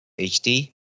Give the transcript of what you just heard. HD